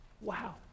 Wow